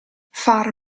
far